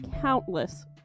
countless